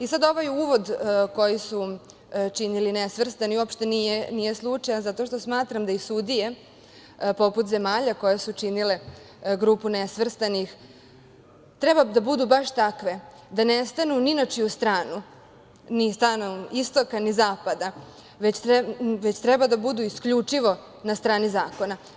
Ovaj uvod koji su činili nesvrstani uopšte nije slučajan, zato što smatram da i sudije, poput zemalja koje su činile Grupu nesvrstanih, treba da budu baš takve, da ne stanu ni na čiju stranu, ni stranu istoka ni zapada, već treba da budu isključivo na strani zakona.